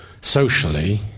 socially